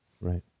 Right